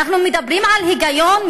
אנחנו מדברים על היגיון,